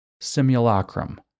simulacrum